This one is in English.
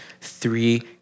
three